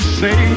say